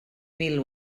mil